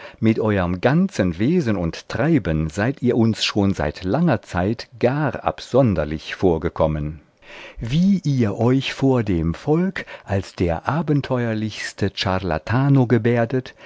mit euerm ganzen wesen und treiben seid ihr uns schon seit langer zeit gar absonderlich vorgekommen wie ihr euch vor dem volk als der abenteuerlichere ciarlatano gebärdet